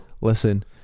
Listen